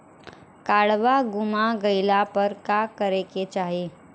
काडवा गुमा गइला पर का करेके चाहीं?